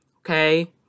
okay